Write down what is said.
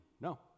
No